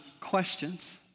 questions